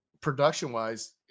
production-wise